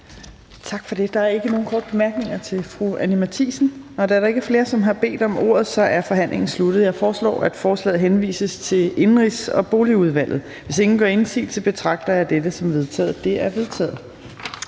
Tak for det. Der er ikke nogen korte bemærkninger til fru Anni Matthiesen. Da der ikke er flere, som har bedt om ordet, er forhandlingen sluttet. Jeg foreslår, at forslaget henvises til Indenrigs- og Boligudvalget. Hvis ingen gør indsigelse, betragter jeg dette som vedtaget. Det er vedtaget.